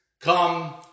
come